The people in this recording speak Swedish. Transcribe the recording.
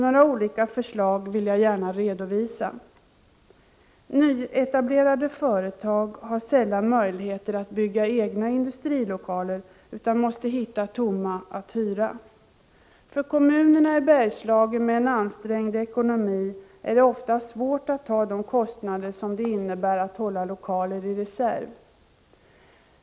Några olika förslag vill jag gärna redovisa. Nyetablerade företag har sällan möjligheter att bygga egna industrilokaler utan måste hitta tomma att hyra. För kommunerna i Bergslagen med ansträngd ekonomi är det oftast svårt att klara kostnaderna för att hålla lokaler i reserv.